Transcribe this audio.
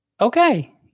Okay